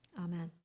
Amen